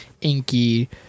inky